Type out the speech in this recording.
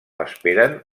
esperen